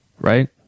right